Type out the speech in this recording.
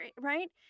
Right